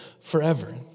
forever